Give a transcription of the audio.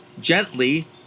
gently